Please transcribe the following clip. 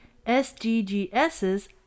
sggs's